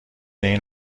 این